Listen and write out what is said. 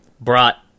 brought